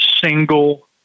single